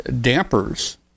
dampers